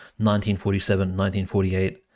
1947-1948